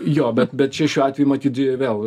jo bet bet čia šiuo atveju matyt vėl